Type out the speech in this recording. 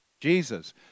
Jesus